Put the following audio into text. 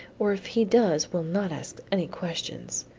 or if he does will not ask any questions.